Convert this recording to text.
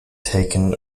taken